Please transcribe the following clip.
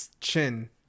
chin